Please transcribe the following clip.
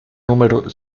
número